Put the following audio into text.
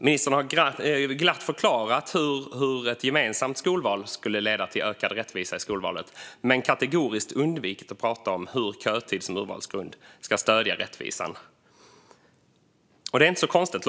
Ministern har glatt förklarat hur ett gemensamt skolval skulle leda till ökad rättvisa i skolvalet men kategoriskt undvikit att prata om hur kötid som urvalsgrund ska stödja rättvisan. Och det är inte så konstigt.